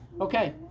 okay